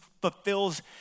fulfills